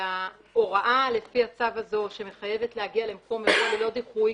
וההוראה לפי הצו הזה שמחייבת להגיע למקום אירוע ללא דיחוי,